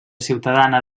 ciutadana